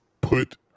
put